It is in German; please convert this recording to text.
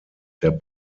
der